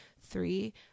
three